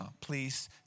Please